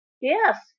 yes